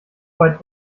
weit